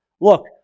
Look